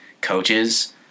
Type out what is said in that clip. coaches